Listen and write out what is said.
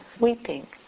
weeping